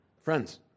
Friends